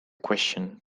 question